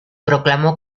proclamó